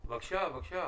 בבקשה.